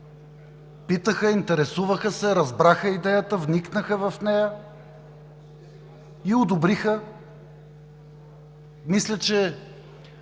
Питаха, интересуваха се, разбраха идеята, вникнаха в нея и одобриха. Мисля, че